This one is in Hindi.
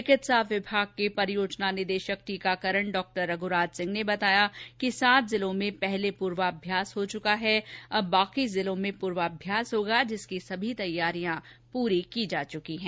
चिकित्सा विभाग के परियोजना निदेशक टीकाकरण डॉ रघुराज सिंह ने बताया कि सात जिलों में पहले पूर्वाभ्यास हो चुका है अब शेष जिलों में पूर्वाभ्यास होगा जिसकी सभी तैयारियां पूरी की जा चुकी है